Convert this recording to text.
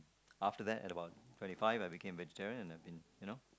after that at about twenty five I became vegetarian and you know